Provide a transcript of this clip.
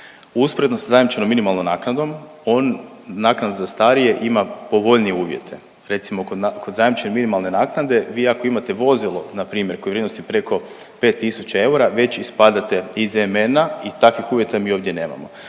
Usporedno sa zajamčenom minimalnom naknadom, on naknada za starije ima povoljnije uvjete. Recimo kod zajamčene minimalne naknade vi ako imate vozilo npr. koje je u vrijednosti preko 5 tisuća eura, već ispada iz MN-a i takvih uvjeta mi ovdje nemamo.